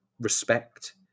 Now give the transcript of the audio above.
respect